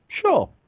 sure